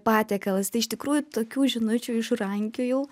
patiekalas tai iš tikrųjų tokių žinučių išrankiojau